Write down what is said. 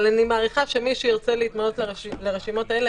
אבל אני מניחה שמי שירצה להתמנות לרשימות האלה